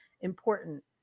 important